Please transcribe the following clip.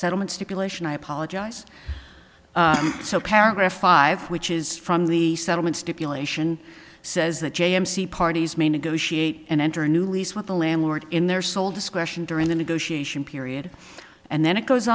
settlement stipulation i apologize so paragraph five which is from the settlement stipulation says that j s c parties may negotiate and enter a new lease with the landlord in their sole discretion during the negotiation period and then it goes